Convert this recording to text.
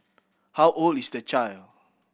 how old is the child